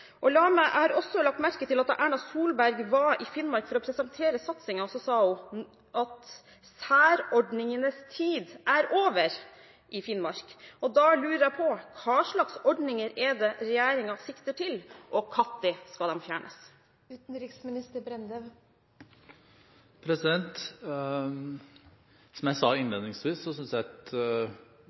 Jeg har også lagt merke til at da Erna Solberg var i Finnmark for å presentere satsingen, sa hun at særordningenes tid er over i Finnmark. Da lurer jeg på: Hva slags ordninger er det regjeringen sikter til, og når skal de fjernes? Som jeg sa innledningsvis, synes jeg det er bra at